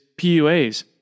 PUAs